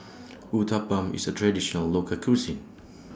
Uthapam IS A Traditional Local Cuisine